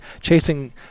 chasing